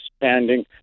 expanding